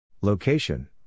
Location